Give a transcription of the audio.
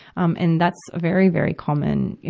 um and that's a very, very common, you